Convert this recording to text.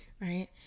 right